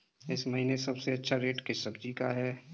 इस महीने सबसे अच्छा रेट किस सब्जी का है?